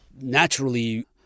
Naturally